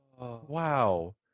wow